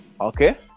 Okay